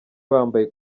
bambaye